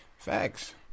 Facts